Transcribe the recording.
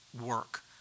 work